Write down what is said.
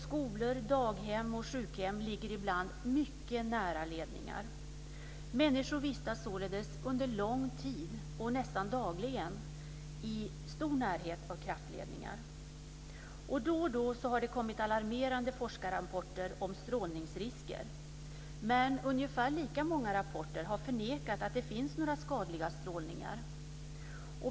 Skolor, daghem och sjukhem ligger ibland mycket nära ledningar. Människor vistas således under lång tid och nästan dagligen i stor närhet av kraftledningar. Då och då har det kommit alarmerande forskarrapporter om strålningsrisker. Men ungefär lika många rapporter har förnekat att det finns några skadliga strålningar.